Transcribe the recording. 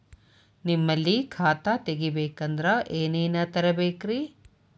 ನಿಮ್ಮಲ್ಲಿ ಖಾತಾ ತೆಗಿಬೇಕಂದ್ರ ಏನೇನ ತರಬೇಕ್ರಿ?